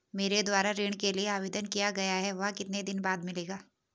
मेरे द्वारा ऋण के लिए आवेदन किया गया है वह कितने दिन बाद मिलेगा?